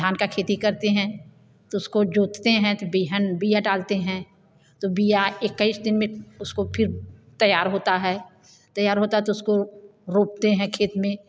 धान का खेती करते हैं तो उसको जोतते हैं तो बिहन बिया डालते हैं तो बिया इक्कीस दिन में उसको फिर तैयार होता है तैयार होता है तो उसको रोपते हैं खेत में